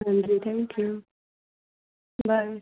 ਹਾਂਜੀ thank you bye